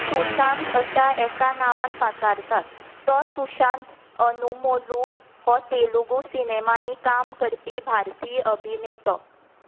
सुशांत अश्या एका नांवान पाचारतात तो सुशांत अनुमोलू हो तेलुगू सिनेमांनी काम करपी भारतीय अभिनेतो